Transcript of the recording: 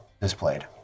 displayed